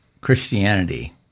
Christianity